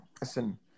listen